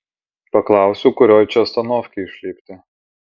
paklausiu kurioj čia astanovkėj išlipti